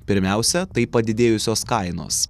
pirmiausia tai padidėjusios kainos